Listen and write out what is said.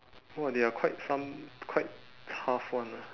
!wah! there are quite some quite tough one ah